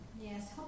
Yes